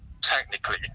technically